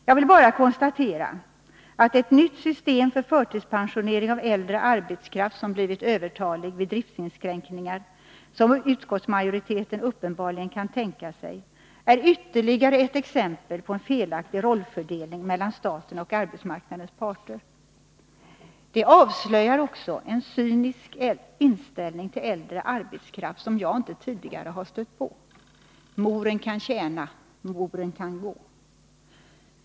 Jag vill bara konstatera att ett nytt system för förtidspensionering av äldre arbetskraft som blivit övertalig vid driftsinskränkningar, som utskottsmajoriteten uppenbarligen kan tänka sig, är ytterligare ett exempel på en felaktig rollfördelning mellan staten och arbetsmarknadens parter. Detta avslöjar också en cynisk inställning till äldre arbetskraft som jag inte tidigare har stött på — moren har tjänat, moren kan gå.